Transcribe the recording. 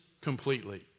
completely